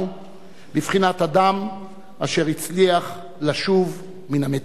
בבחינת אדם אשר הצליח לשוב מן המתים.